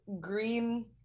green